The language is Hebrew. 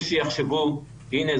יש שיחשבו הינה,